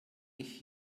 ich